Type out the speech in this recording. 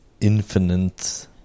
infinite